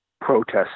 protest